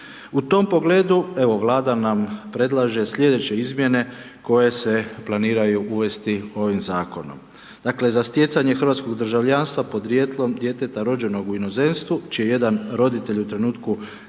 U tom pogledu vlada nam predlaže sljedeća izmjene koje se planiraju uvesti ovim zakonom. Dakle, za stjecanje hrvatskog državljanstva, porijeklom djeteta rođenja u inozemstvu, čiji jedan roditelj u trenutku